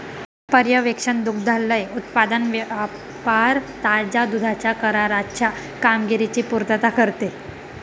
पर्यवेक्षण दुग्धालय उत्पादन व्यापार ताज्या दुधाच्या कराराच्या कामगिरीची पुर्तता करते